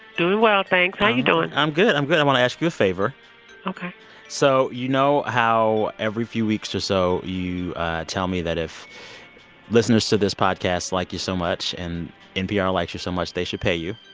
doing well, thanks. how you doing? i'm good. i'm good. i want to ask you a favor ok so you know how every few weeks or so, you tell me that if listeners to this podcast like you so much and npr likes you so much, they should pay you?